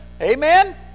Amen